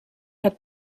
hat